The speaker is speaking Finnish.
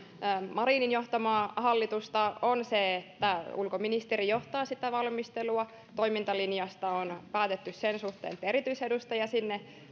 marinin johtamaa hallitusta on se että ulkoministeri johtaa sitä valmistelua toimintalinjasta on päätetty sen suhteen että sinne